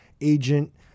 agent